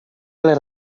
les